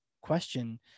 question